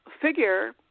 figure